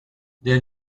then